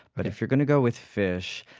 but if you're going to go with fish,